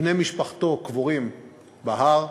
בני משפחתו קבורים בהר: